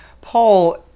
Paul